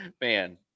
man